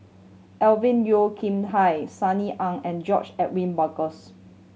Alvin Yeo Khirn Hai Sunny Ang and George Edwin Bogaars